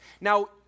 Now